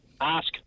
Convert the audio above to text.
ask